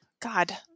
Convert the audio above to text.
god